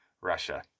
Russia